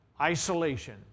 Isolation